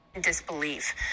disbelief